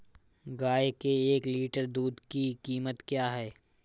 गाय के एक लीटर दूध की कीमत क्या है?